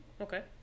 okay